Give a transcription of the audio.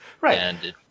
Right